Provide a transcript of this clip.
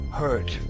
hurt